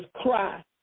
cry